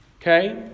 Okay